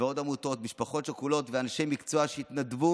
ועוד עמותות, משפחות שכולות ואנשי מקצוע שהתנדבו